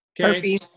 okay